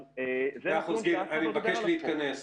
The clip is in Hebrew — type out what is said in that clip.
אז זה נתון שאף אחד לא דיבר עליו פה.